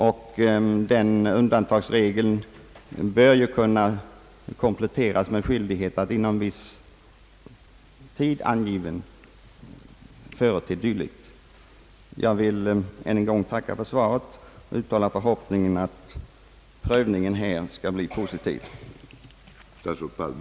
En regel därom skulle ju kunna kompletteras med föreskrift om skyldighet att inom viss angiven tid förete handlingarna. Jag vill än en gång tacka för svaret och uttala förhoppningen att prövningen skall ge positivt resultat.